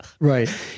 Right